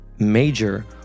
Major